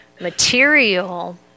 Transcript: material